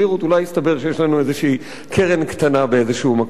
אולי יסתבר שיש לנו איזו קרן קטנה באיזה מקום.